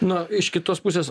na iš kitos pusės